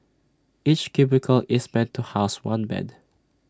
each cubicle is meant to house one bed